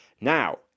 now